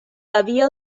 havia